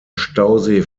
stausee